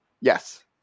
yes